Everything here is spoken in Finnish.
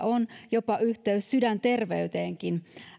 on kunnossa on jopa yhteys sydänterveyteenkin